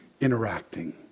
interacting